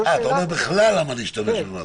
אה, אתה אומר: בכלל למה להשתמש במאסר?